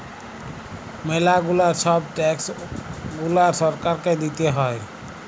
ম্যালা গুলা ছব ট্যাক্স গুলা সরকারকে দিতে হ্যয়